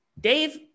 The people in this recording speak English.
Dave